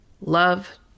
love